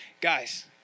Guys